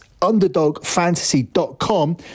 underdogfantasy.com